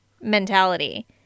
mentality